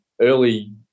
early